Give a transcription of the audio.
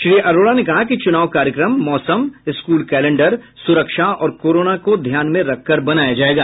श्री अरोड़ा ने कहा कि चुनाव कार्यक्रम मौसम स्कूल कैलेंडर सुरक्षा और कोरोना को ध्यान में रखकर बनाया जायेगा